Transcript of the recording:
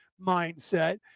mindset